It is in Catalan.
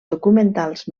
documentals